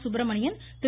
Subramanian Thiru